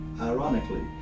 Ironically